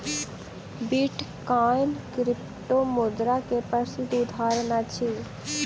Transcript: bitcoin क्रिप्टोमुद्रा के प्रसिद्ध उदहारण अछि